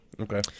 Okay